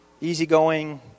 easygoing